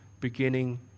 beginning